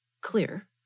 clear